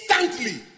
Instantly